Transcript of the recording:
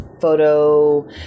photo